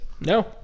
No